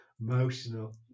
emotional